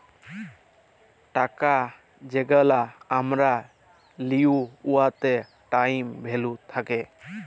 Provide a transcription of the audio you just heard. টাকা যেগলা আমরা লিই উয়াতে টাইম ভ্যালু থ্যাকে